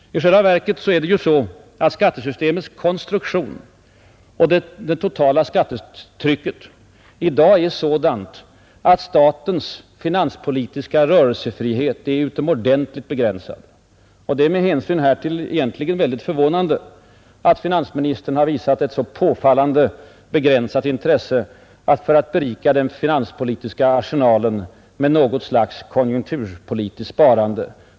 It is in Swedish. I själva verket är skattesystemets konstruktion och det totala skattetrycket i dag sådant, att statens finanspolitiska rörelsefrihet är utomordentligt begränsad. Det är med hänsyn härtill egentligen väldigt förvånande, att finansministern visat så påfallande begränsat intresse för att berika den finanspolitiska arsenalen med något slags konjunkturpolitiskt sparande.